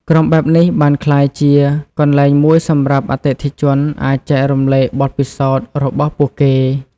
ក្រុមបែបនេះបានក្លាយជាកន្លែងមួយសម្រាប់អតិថិជនអាចចែករំលែកបទពិសោធន៍របស់ពួកគេ។